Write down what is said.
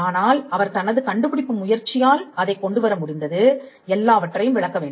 ஆனால் அவர் தனது கண்டுபிடிப்பு முயற்சியால் அதைக் கொண்டுவர முடிந்தது எல்லாவற்றையும் விளக்க வேண்டும்